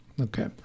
Okay